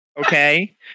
Okay